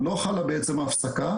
לא חלה בעצם הפסקה,